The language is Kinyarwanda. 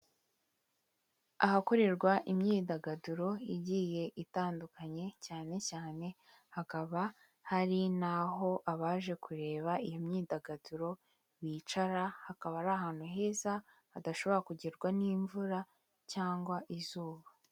Ahakorerwa imyidagaduro igiye itandukanye, cyane cyane hakaba hari n'aho abaje kureba iyi myidagaduro bicara, hakaba ari ahantu heza hadashobora kugerwa n'imvura cyangwa izuba.